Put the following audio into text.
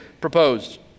proposed